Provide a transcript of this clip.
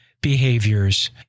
behaviors